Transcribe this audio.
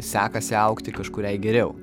sekasi augti kažkuriai geriau